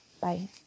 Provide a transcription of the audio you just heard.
Bye